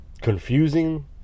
confusing